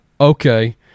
Okay